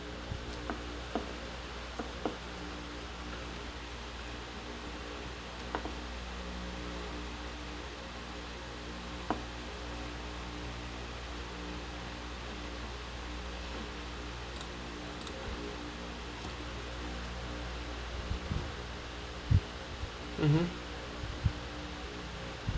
mmhmm